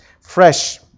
fresh